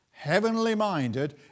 heavenly-minded